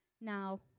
Now